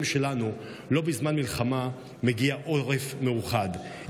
שלנו לא מגיע עורף מאוחד בזמן מלחמה.